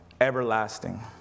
everlasting